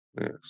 Yes